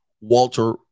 Walter